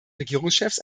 regierungschefs